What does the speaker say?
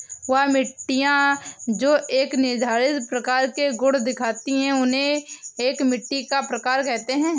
वह मिट्टियाँ जो एक निर्धारित प्रकार के गुण दिखाती है उन्हें एक मिट्टी का प्रकार कहते हैं